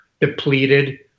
depleted